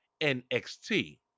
NXT